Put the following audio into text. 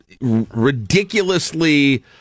ridiculously